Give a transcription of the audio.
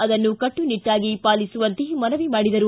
ಅದನ್ನು ಕಟ್ಟುನಿಟ್ಟಾಗಿ ಪಾಲಿಸುವಂತೆ ಮನವಿ ಮಾಡಿದರು